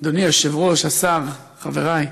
אדוני היושב-ראש, השר, חברי,